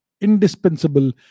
indispensable